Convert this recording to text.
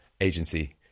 agency